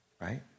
Right